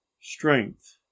strength